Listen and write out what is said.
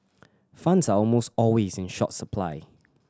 funds are almost always in short supply